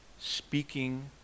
speaking